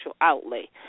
outlay